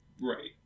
Right